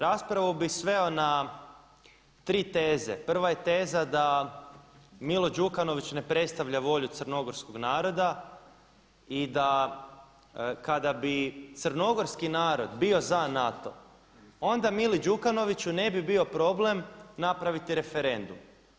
Raspravu bi sveo na tri teze, prva je teza da Milo Đukanović ne predstavlja volju crnogorskog naroda, i da kada bi crnogorski narod bio za NATO onda Mili Đukanoviću ne bi bio problem napraviti referendum.